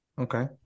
Okay